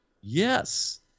Yes